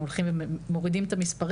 אנחנו הולכים ומורידים את המספרים,